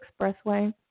Expressway